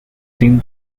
tin